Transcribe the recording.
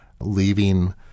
leaving